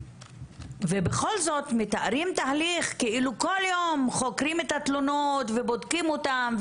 בכל זאת מתארים תהליך כאילו כל יום חוקרים את התלונות ובודקים אותן,